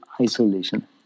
isolation